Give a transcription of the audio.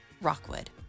Rockwood